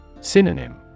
Synonym